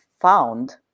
found